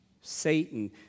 Satan